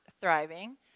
thriving